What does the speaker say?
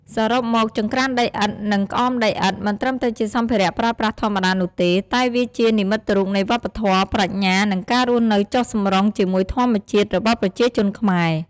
សរុបមក ចង្ក្រានដីឥដ្ឋ និងក្អមដីឥដ្ឋ មិនត្រឹមតែជាសម្ភារៈប្រើប្រាស់ធម្មតានោះទេ តែវាជា និមិត្តរូបនៃវប្បធម៌ ប្រាជ្ញា និងការរស់នៅចុះសម្រុងជាមួយធម្មជាតិ របស់ប្រជាជនខ្មែរ។